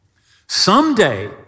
Someday